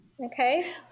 okay